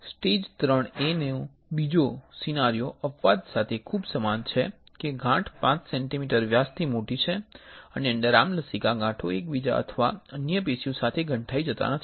stage IIIA નો બીજો scenario અપવાદ સાથે ખૂબ સમાન છે કે ગાંઠ 5 સેન્ટિમીટર વ્યાસથી મોટી છે અને અંડરઆર્મ લસિકા ગાંઠો એકબીજા અથવા અન્ય પેશીઓ સાથે ગંઠાઇ જતા નથી